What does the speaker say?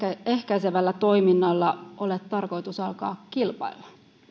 ehkäisevällä toiminnalla ole tarkoitus alkaa kilpailla